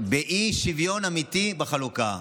אי-שוויון אמיתי בחלוקה.